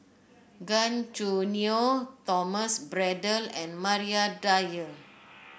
Gan Choo Neo Thomas Braddell and Maria Dyer